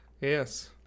Yes